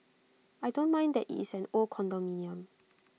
I don't mind that IT is an old condominium